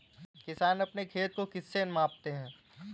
किसान अपने खेत को किससे मापते हैं?